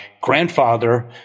grandfather